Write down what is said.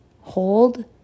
Hold